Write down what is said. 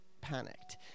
panicked